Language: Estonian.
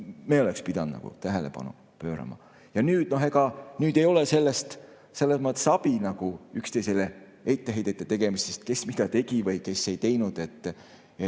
me oleks pidanud tähelepanu pöörama. Ega nüüd ei ole selles mõttes abi üksteisele etteheidete tegemisest, kes mida tegi või kes ei teinud.